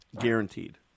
Guaranteed